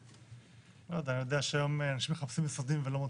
אני יודע שהיום אנשים מחפשים משרדים ולא מוצאים.